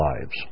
lives